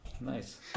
Nice